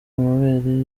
amabere